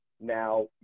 now